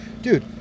dude